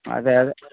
అదే అదే